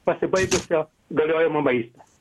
pasibaigusio galiojimo maistą